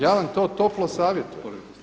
Ja vam to toplo savjetujem.